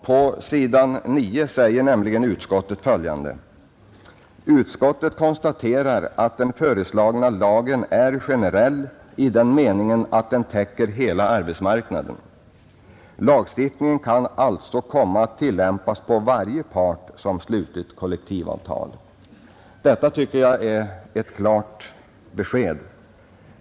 På s.9 säger nämligen utskottet följande: ”Utskottet konstaterar att den föreslagna lagen är generell i den meningen att den täcker hela arbetsmarknaden. Lagstiftningen kan alltså komma att tillämpas på varje part som slutit kollektivavtal.” Detta tycker jag är ett klart besked.